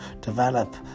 develop